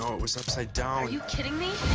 um it was upside down. are you kidding me?